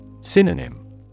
Synonym